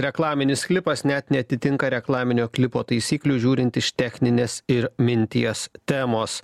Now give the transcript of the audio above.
reklaminis klipas net neatitinka reklaminio klipo taisyklių žiūrint iš techninės ir minties temos